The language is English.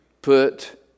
Put